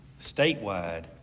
statewide